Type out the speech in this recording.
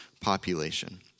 population